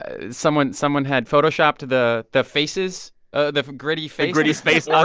ah someone someone had photoshopped the the faces ah the gritty face. gritty's face ah